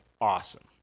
awesome